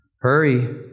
hurry